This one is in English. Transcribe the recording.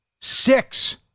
Six